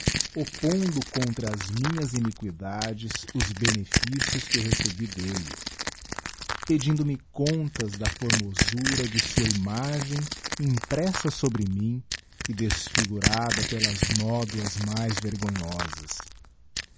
oppondo contra as minhas iniquidades os benefícios que recebi delle pedindo-me contas da formosura de sua imagem impressa sobre mim e desfigurada pelas nódoas mais vergonhosas